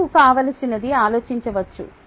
మీకు కావలసినది ఆలోచించవచ్చు